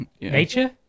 Nature